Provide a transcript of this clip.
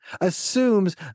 assumes